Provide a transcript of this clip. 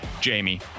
Jamie